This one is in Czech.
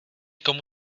komu